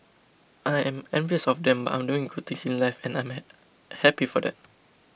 I'm envious of them I'm doing good things in life and I am happy for that